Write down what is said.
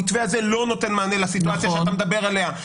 המתווה הזה לא נותן מענה לסיטואציה שאתה מדבר עליה,